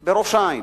בראש-העין,